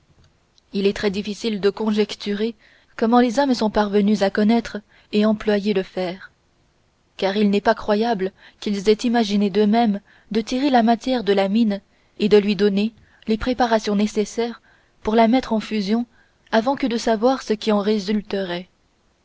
il est très difficile de conjecturer comment les hommes sont parvenus à connaître et employer le fer car il n'est pas croyable qu'ils aient imaginé d'eux-mêmes de tirer la matière de la mine et de lui donner les préparations nécessaires pour la mettre en fusion avant que de savoir ce qui en résulterait